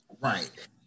right